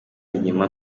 inyuma